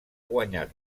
guanyat